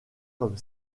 comme